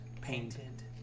painted